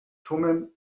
thummim